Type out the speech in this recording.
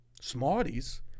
Smarties